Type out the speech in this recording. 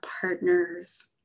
partners